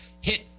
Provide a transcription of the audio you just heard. hit